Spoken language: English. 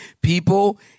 people